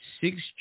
six